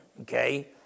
Okay